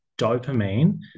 dopamine